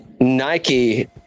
Nike